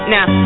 Now